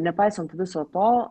nepaisant viso to